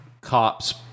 cops